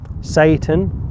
satan